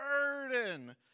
burden